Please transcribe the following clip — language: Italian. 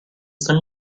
sta